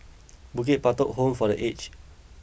Bukit Batok Home for The Aged